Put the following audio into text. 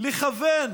לכוון